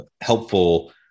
helpful